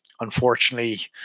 unfortunately